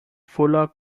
voller